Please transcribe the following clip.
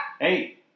Hey